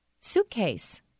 suitcase